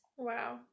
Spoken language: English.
Wow